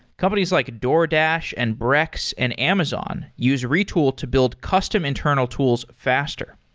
companies like a doordash, and brex, and amazon use retool to build custom internal tools faster.